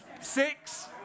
Six